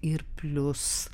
ir plius